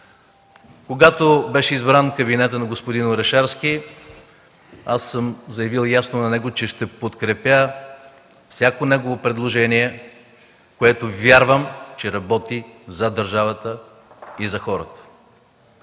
Когато беше избран кабинетът на господин Орешарски, аз съм заявил ясно, че ще подкрепя всяко негово предложение, което вярвам, че работи за държавата и за хората.